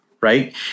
right